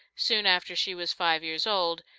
soon after she was five years old,